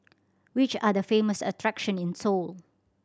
which are the famous attractions in Seoul